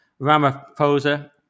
Ramaphosa